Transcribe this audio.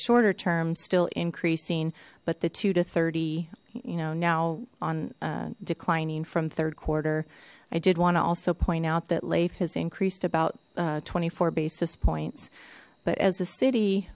shorter term still increasing but the two to thirty you know now on declining from third quarter i did want to also point out that life has increased about twenty four basis point but as a city